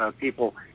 people